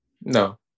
no